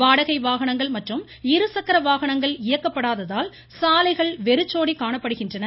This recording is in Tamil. வாடகை வாகனங்கள் மற்றும் இருசக்கர வாகனங்கள் இயக்கப்படாததால் சாலைகள் வெறிச்சோடி காணப்படுகின்றன